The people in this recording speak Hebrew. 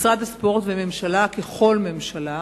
משרד הספורט והממשלה, ככל ממשלה,